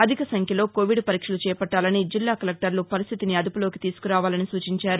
అధిక సంఖ్యలో కోవిద్ పరీక్షలు చేపట్టాలని జిల్లా కలెక్టర్లు పరిస్థితిని అదుపులోకి తీసుకురావాలని సూచించారు